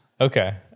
Okay